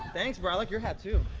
thanks. but i like your hat, too.